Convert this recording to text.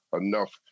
enough